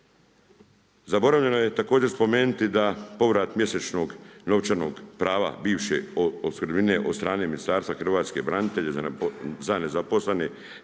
Zaboravljeno je također spomenuti da povrat mjesečnog novčanog prava bivše opskrbnine od strane Ministarstva hrvatskih branitelja za nezaposlene